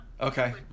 Okay